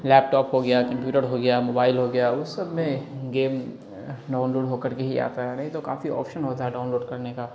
لیپ top ہو گیا computer ہو گیا موبائل ہو گیا اس سب میں گیم ڈاؤنلوڈ ہو کر کے ہی آتا ہے نہیں تو کافی آپشن ہوتا ہے ڈاؤنلوڈ کرنے کا